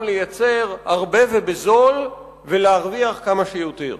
לייצר הרבה ובזול ולהרוויח כמה שיותר.